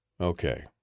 Okay